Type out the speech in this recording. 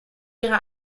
ihre